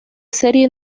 serie